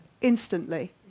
instantly